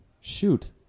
Shoot